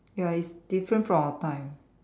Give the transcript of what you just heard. ya it's different from our time